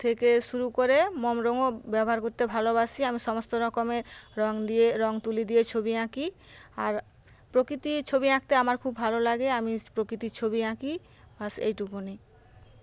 থেকে শুরু করে মোম রঙও ব্যবহার করতে ভালোবাসি আমি সমস্ত রকমের রঙ দিয়ে রঙ তুলি দিয়ে ছবি আঁকি আর প্রকৃতির ছবি আঁকতে আমার খুব ভালো লাগে আমি প্রকৃতির ছবি আঁকি ব্যাস এইটুকুনি